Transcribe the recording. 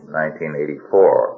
1984